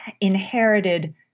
inherited